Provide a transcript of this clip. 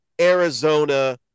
Arizona